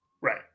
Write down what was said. Right